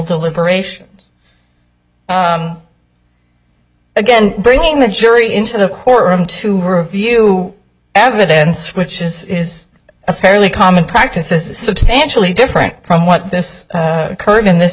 deliberation again bringing the jury into the courtroom to review evidence which is a fairly common practice is substantially different from what this occurred in this